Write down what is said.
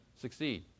succeed